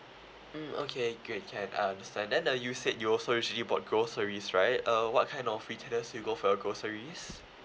mm okay great can um understand then uh you said you also usually bought groceries right uh what kind of retailers do you go for your groceries